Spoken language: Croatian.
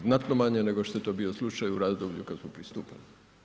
Znatno manje nego što je to bio slučaj u razdoblju kad smo pristupali.